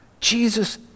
Jesus